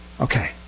okay